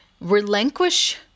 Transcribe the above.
relinquish